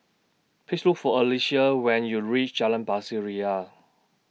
Please Look For Alecia when YOU REACH Jalan Pasir Ria